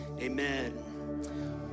Amen